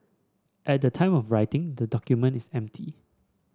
at the time of writing the document is empty